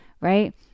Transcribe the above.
right